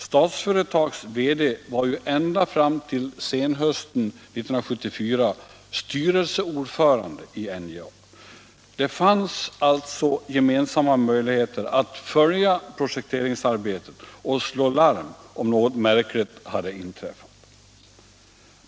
Statsföretags VD var ju ända fram till senhösten 1974 styrelseordförande i NJA. Det fanns alltså gemensamma möjligheter att följa projekteringsarbetet och slå larm om något märkligt hade inträffat.